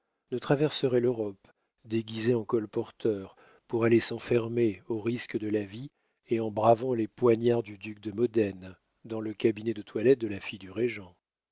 ne traverserait l'europe déguisé en colporteur pour aller s'enfermer au risque de la vie et en bravant les poignards du duc de modène dans le cabinet de toilette de la fille du régent